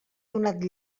donat